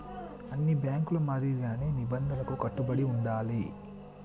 అన్ని బ్యేంకుల మాదిరిగానే నిబంధనలకు కట్టుబడి ఉండాలే